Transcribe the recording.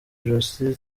ijosi